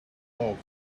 box